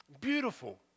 Beautiful